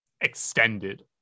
extended